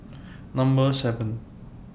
Number seven